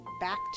back